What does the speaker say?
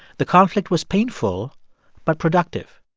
the conflict was painful but productive